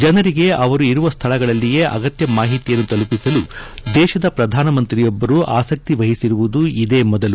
ಜನರಿಗೆ ಅವರು ಇರುವ ಸ್ಥಳದಲ್ಲಿಯೇ ಅಗತ್ಯ ಮಾಹಿತಿಯನ್ನು ತಲುಪಿಸಲು ದೇಶದ ಪ್ರಧಾನಮಂತ್ರಿಯೊಬ್ಬರು ಆಸ್ತಿವಹಿಸಿರುವುದು ಇದೇ ಮೊದಲು